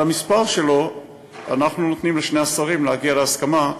על המספר שלו אנחנו נותנים לשני השרים להגיע להסכמה.